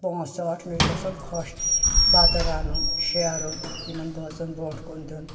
پانٛژھ ٲٹھ مےٚ چھُ گژھان خۄش بَتہٕ رنُن شیرُن یِمَن بٲژن برونٛٹھ کُن دِیُن